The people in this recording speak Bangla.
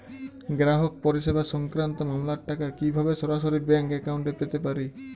গ্রাহক পরিষেবা সংক্রান্ত মামলার টাকা কীভাবে সরাসরি ব্যাংক অ্যাকাউন্টে পেতে পারি?